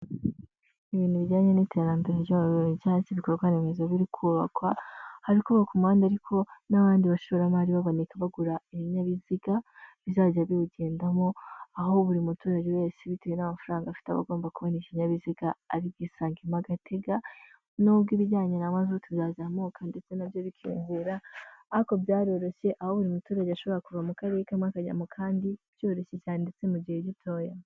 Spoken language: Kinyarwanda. Ibintu bijyanye n'iterambere ry'abayobozi cyangwa cy'ibikorwa remezo biri kubakwa hari kubakwa umuhanda ariko n'abandi bashoramari baboneka bagura ibinyabiziga bizajya biwugendamo, aho buri muturage wese bitewe n'amafaranga afite abagomba kubona ikinyabiziga ari bwisangemo agatega, nubwo ibijyanye na mazuti zazamuka ndetse nabyo bikiyongera ariko byaroroshye aho buri muturage ashobora kuva mu karere kamwe akajya mu kandi byoroshye cyane ndetse mu gihe gitoya.